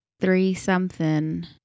Three-something